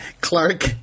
Clark